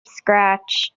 scratch